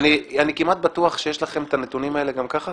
אני כמעט בטוח שיש לכם את הנתונים האלה גם ככה,